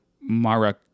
Mara